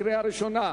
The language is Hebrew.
קריאה ראשונה.